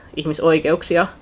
ihmisoikeuksia